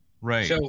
right